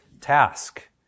task